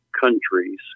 countries